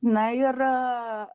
na ir